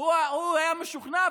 הוא היה משוכנע,